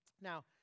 Now